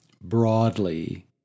broadly